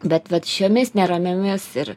bet vat šiomis neramiomis ir